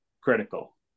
critical